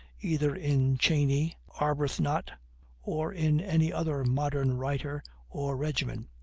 either in cheney, arbuthnot, or in any other modern writer or regimen.